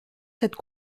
cette